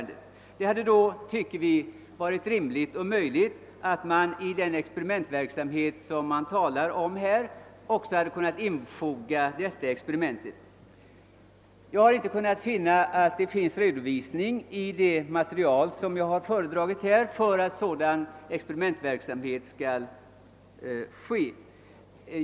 Det skulle då vara rimligt och möjligt, tycker vi, att i den experimentverksamhet som det här talas om infoga också detta experiment. Jag har inte kunnat i det material som jag har föredragit här finna någon redovisning för att en sådan experimentverksamhet skall ske.